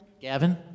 Gavin